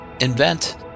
invent